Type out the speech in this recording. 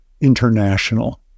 international